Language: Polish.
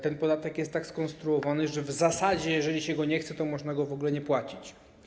Ten podatek jest tak skonstruowany, że w zasadzie jeżeli się go nie chce, to można go w ogóle nie płacić.